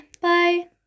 Bye